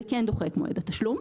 זה כן דוחה את מועד התשלום.